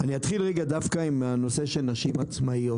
אני אתחיל עם הנושא של נשים עצמאיות.